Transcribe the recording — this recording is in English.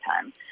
time